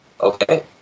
Okay